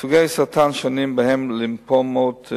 סוגי סרטן שונים, ובהם לימפומות,